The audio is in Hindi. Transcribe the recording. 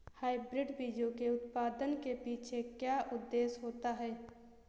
हाइब्रिड बीजों के उत्पादन के पीछे क्या उद्देश्य होता है?